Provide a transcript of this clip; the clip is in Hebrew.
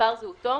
מספר זהותו,